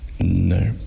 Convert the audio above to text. No